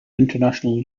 international